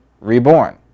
reborn